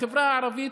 בחברה הערבית,